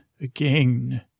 again